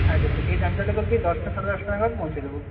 আচ্ছা আচ্ছা ঠিক আছে আমি তাহলে দশটা সাড়ে দশটা নাগাদ পৌঁছে দেবো